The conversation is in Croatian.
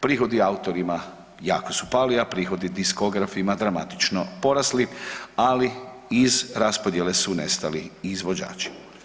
Prihodi autorima jako su pali, a prihodi diskografima dramatično porasli, ali iz raspodjele su nestali izvođači.